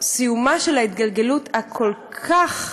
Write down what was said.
סיומה של ההתגלגלות הכל-כך